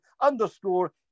underscore